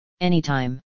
anytime